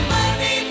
Money